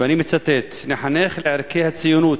ואני מצטט: נחנך לערכי הציונות.